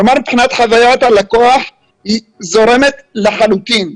כלומר, מבחינת חוויית הלקוח היא זורמת לחלוטין.